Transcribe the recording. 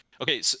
okay